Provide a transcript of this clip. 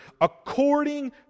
according